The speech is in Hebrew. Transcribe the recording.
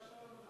(תיקון מס' 8)